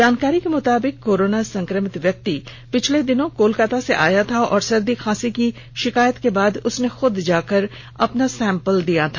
जानकारी के मुताबिक कोरोना संक्रमित व्यक्ति बीते दिनों कोलकाता से आया था और सर्दी खांसी की शिकायत के बाद उसने खुद जाकर अपना सैंपल दिया था